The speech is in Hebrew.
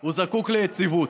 הוא זקוק ליציבות.